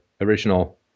original